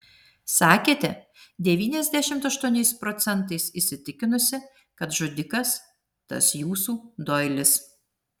sakėte devyniasdešimt aštuoniais procentais įsitikinusi kad žudikas tas jūsų doilis